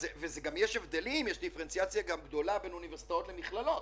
יש דיפרנציאציה גדולה בין אוניברסיטאות למכללות